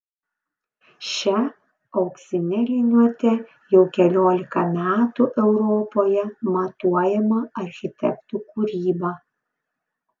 šia auksine liniuote jau keliolika metų europoje matuojama architektų kūryba